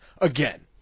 again